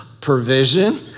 provision